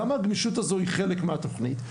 למה הגמישות הזו היא חלק מהתוכנית?